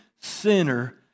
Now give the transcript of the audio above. sinner